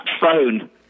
phone